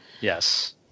Yes